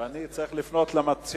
ואני צריך לפנות אל המציעים.